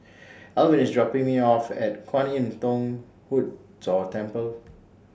Alvin IS dropping Me off At Kwan Im Thong Hood Cho Temple